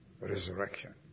resurrection